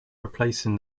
replacing